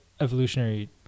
evolutionary